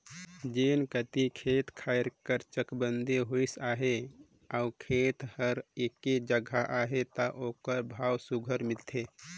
जेन कती खेत खाएर कर चकबंदी होइस अहे अउ खेत हर एके जगहा अहे ता ओकर भाव सुग्घर मिलथे